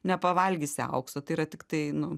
nepavalgysi auksu tai yra tiktai nu